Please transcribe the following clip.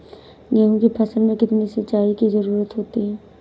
गेहूँ की फसल में कितनी सिंचाई की जरूरत होती है?